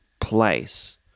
place